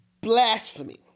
Blasphemy